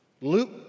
Luke